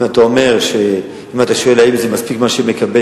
אם אתה שואל אם זה מספיק מה שהיא מקבלת,